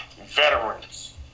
veterans